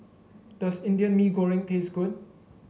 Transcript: does Indian Mee Goreng taste good